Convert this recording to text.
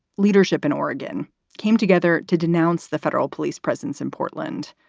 leadership in oregon came together to denounce the federal police presence in portland.